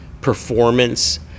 performance